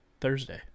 Thursday